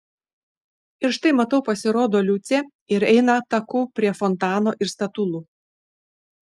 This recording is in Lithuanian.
ir štai matau pasirodo liucė ir eina taku prie fontano ir statulų